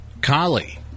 Collie